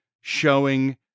showing